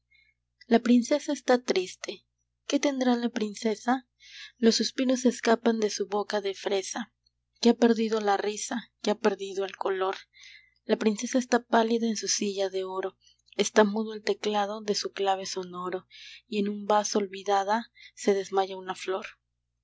la princesa está triste qué tendrá la princesa los suspiros se escapan de su boca de fresa que ha perdido la risa que ha perdido el color la princesa está pálida en su silla de oro está mudo el teclado de su clave sonoro y en un vaso olvidada se desmaya una flor